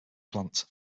plant